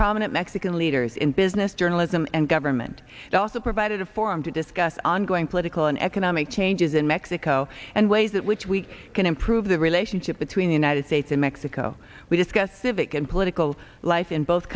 prominent mexican leaders in business journalism and government also provided a forum to discuss ongoing political and economic changes in mexico and ways in which we can improve the relationship between the united states and mexico we discussed civic and political life in both